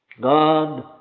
God